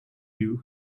you